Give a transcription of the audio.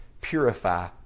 Purify